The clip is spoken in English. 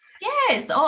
yes